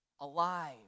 alive